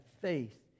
faith